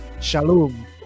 shalom